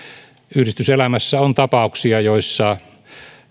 yhdistyselämässä on tapauksia joissa